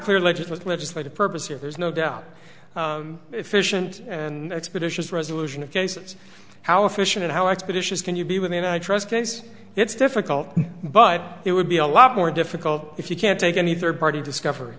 clear legit legislative purpose here there's no doubt efficient and expeditious resolution of cases how efficient how expeditious can you be with me and i trust case it's difficult but it would be a lot more difficult if you can't take any third party discover